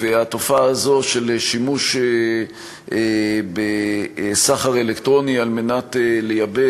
התופעה של שימוש בסחר אלקטרוני כדי לייבא